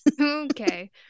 okay